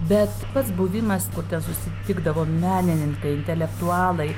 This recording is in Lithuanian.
bet pats buvimas kur ten susitikdavo menininkai intelektualai